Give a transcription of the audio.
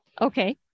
Okay